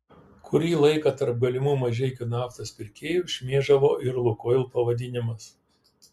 kurį laiką tarp galimų mažeikių naftos pirkėjų šmėžavo ir lukoil pavadinimas